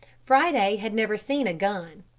friday had never seen a gun.